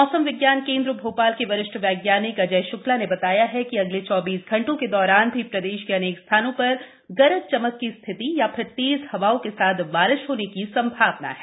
मौसम विज्ञान केन्द्र भोपाल के वरिष्ठ वैज्ञानिक अजय श्क्ला ने बताया कि अगले चौबीस घंटों के दौरान भी प्रदेश के अनेक स्थानों पर गरज चमक की स्थिति या फिर तेज हवाओं के साथ बारिश होने की संभावना है